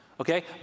okay